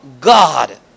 God